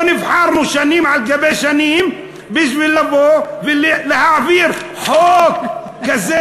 לא נבחרנו שנים על גבי שנים בשביל לבוא ולהעביר חוק כזה.